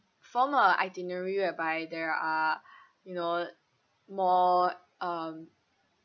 form a itinerary whereby there are you know more um